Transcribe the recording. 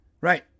Right